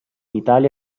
italia